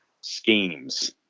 schemes